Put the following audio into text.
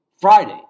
Friday